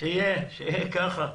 שיהיה ככה.